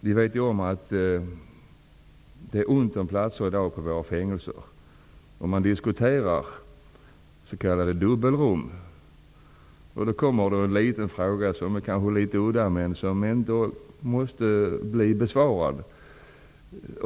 Vi vet att det i dag är ont om platser på fängelserna. Man diskuterar s.k. dubbelrum. Min fråga är kanske litet udda, men den måste ändå bli besvarad.